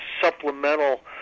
supplemental